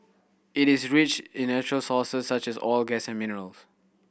it is rich in natural resources such as oil gas and minerals